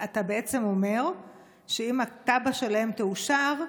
אתה בעצם אומר שאם התב"ע שלהם תאושר,